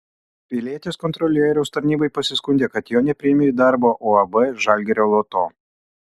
pilietis kontrolieriaus tarnybai pasiskundė kad jo nepriėmė į darbą uab žalgirio loto